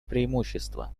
преимущества